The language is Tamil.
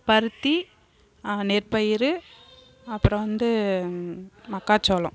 பருத்தி நெற்பயிர் அப்புறோம் வந்து மக்காச்சோளோம்